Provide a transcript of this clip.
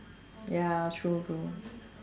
ya true